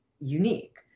unique